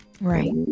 Right